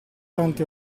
tanti